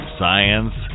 science